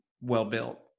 well-built